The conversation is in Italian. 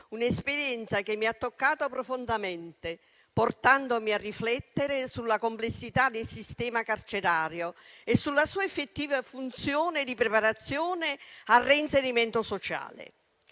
un'esperienza che mi ha toccato profondamente, portandomi a riflettere sulla complessità del sistema carcerario e sulla sua effettiva funzione di preparazione al reinserimento sociale.